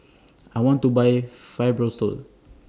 I want to Buy Fibrosol